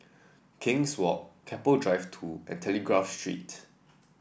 King's Walk Keppel Drive Two and Telegraph Street